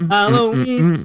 Halloween